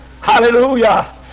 Hallelujah